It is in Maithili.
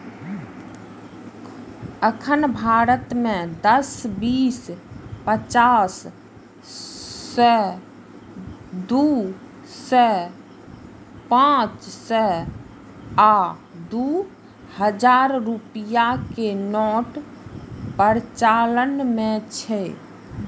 एखन भारत मे दस, बीस, पचास, सय, दू सय, पांच सय आ दू हजार रुपैया के नोट प्रचलन मे छै